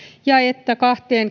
ja että kahteen